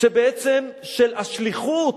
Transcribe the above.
של השליחות,